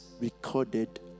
recorded